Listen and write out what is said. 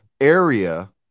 area